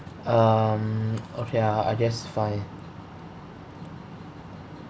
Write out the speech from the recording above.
um okay ah I guess fine